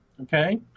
Okay